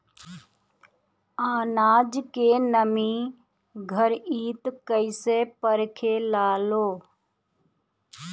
आनाज के नमी घरयीत कैसे परखे लालो?